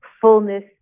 fullness